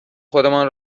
خودمان